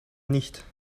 nicht